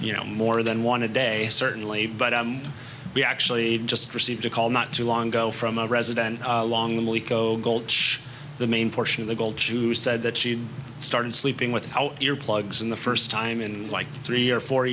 you know more than one a day certainly but we actually just received a call not too long ago from a resident along the eco gold shop the main portion of the goal to said that she started sleeping without your plugs in the first time in like three or four